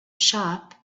shop